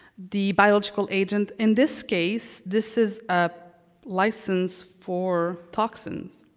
the biological agent, in this case, this is a license for toxins,